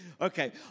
Okay